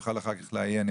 יוכל לעיין.